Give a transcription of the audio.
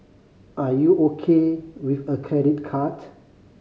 are you O K with a credit card